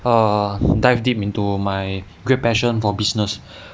err dive deep into my great passion for business